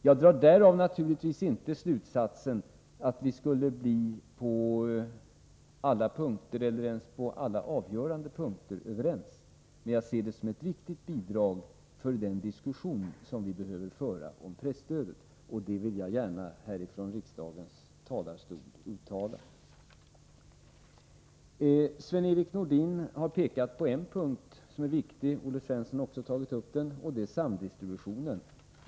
Jag drar därav naturligtvis inte slutsatsen att vi skulle bli överens på alla punkter eller ens på alla avgörande punkter. Men jag ser det som ett viktigt bidrag till den diskussion som vi behöver föra om presstödet, och det vill jag gärna säga från riksdagens talarstol. Sven-Erik Nordin har framhållit en punkt som är viktig — Olle Svensson har också tagit upp den frågan — och det är samdistributionen.